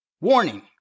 Warning